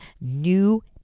new